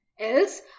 Else